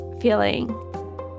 feeling